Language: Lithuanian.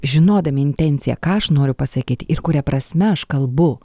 žinodami intenciją ką aš noriu pasakyti ir kuria prasme aš kalbu